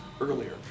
earlier